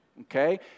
okay